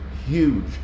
Huge